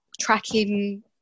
tracking